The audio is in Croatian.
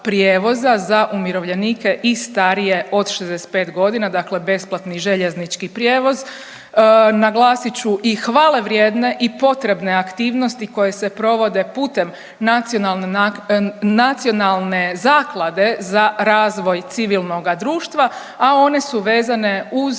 prijevoza za umirovljenike i starije od 65 godina, dakle besplatni željeznički prijevoz. Naglasit ću i hvale vrijedne i potrebne aktivnosti koje se provode putem Nacionalne zaklade za razvoj civilnoga društva, a one su vezane uz